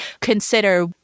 Consider